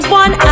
one